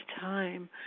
time